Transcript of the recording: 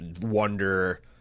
wonder